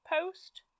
post